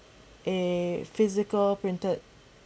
a physical printed